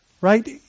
right